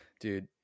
dude